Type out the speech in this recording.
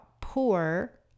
Poor